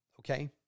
okay